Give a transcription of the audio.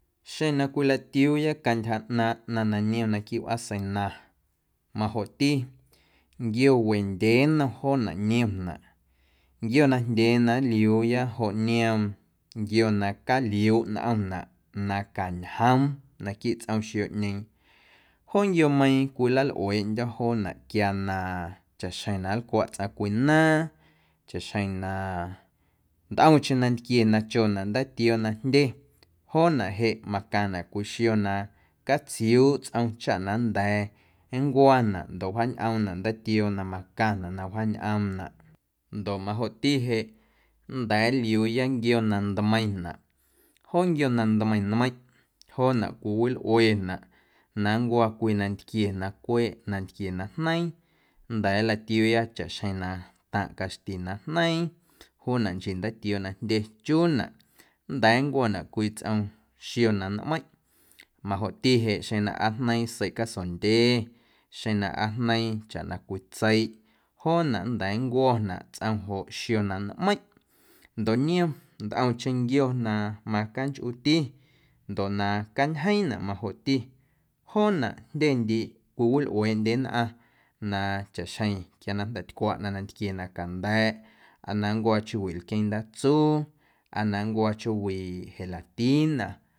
Xeⁿ na cwilatiuuya cantyja ꞌnaaⁿꞌ ꞌnaⁿ na niom naquiiꞌ wꞌaaseina majoꞌti nquio wendyee joonaꞌ niomnaꞌ nquio najndyee na nliuuya joꞌ nquio na caliuuꞌ nꞌomnaꞌ na cañjoom naquiiꞌ tsꞌom xioꞌñeeⁿ joo nquiomeiiⁿ cwilalꞌueeꞌndyo̱ joonaꞌ quia na chaꞌxjeⁿ na nlcwaꞌ tsꞌaⁿ cwii naaⁿ, chaꞌxjeⁿ na ntꞌomcheⁿ nantquie na chonaꞌ ndaatioo na jndye joonaꞌ jeꞌ macaⁿnaꞌ cwii xio na catsiuuꞌ tsꞌom chaꞌ na nnda̱a̱ nncwanaꞌ ndoꞌ wjaañꞌoomnaꞌ ndaatioo na macaⁿnaꞌ na wjaañꞌoomnaꞌ ndoꞌ majoꞌti nnda̱a̱ nliuuya nquio na ntmeiⁿnaꞌ joo nquio na ntmeiⁿmeiⁿꞌ joonaꞌ cwiwilꞌuenaꞌ na nncwo cwii nantquie na cweꞌ nantquie na jneiiⁿ nnda̱a̱ nlatiuuya chaꞌxjeⁿ na taⁿꞌ caxti na jneiiⁿ juunaꞌ nchii ndatioo na jndye chuunaꞌ nnda̱a̱ nncwo̱naꞌ tsꞌom cwii xio na nmeiⁿꞌ majoꞌti jeꞌ xeⁿ na aa jneeiⁿ sei casondyee, xeⁿ na aa jneiiⁿ cwii tseiꞌ joonaꞌ nnda̱a̱ nncwo̱naꞌ tsꞌom joꞌ xio na nmeiⁿꞌ ndoꞌ niom ntꞌomcheⁿ na macanchꞌuti ndoꞌ na cañjeeⁿnaꞌ majoꞌti joonaꞌ jndyendiiꞌ cwiwilꞌueeꞌndye nnꞌaⁿ na chaꞌxjeⁿ quia na jnda̱ tcwaꞌnaꞌ nantquie na canda̱a̱ꞌ aa na nncwo̱ chjoowiꞌ lqueeⁿ ndaatsuu, aa na nncwo̱ chjoowiꞌ gelatina.